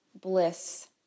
bliss